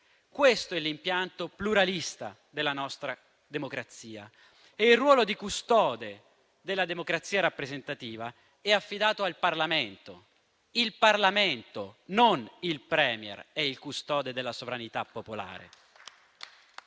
Questo è l'impianto pluralista della nostra democrazia e il ruolo di custode della democrazia rappresentativa è affidato al Parlamento. Il Parlamento, non il *Premier*, è il custode della sovranità popolare.